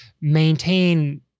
maintain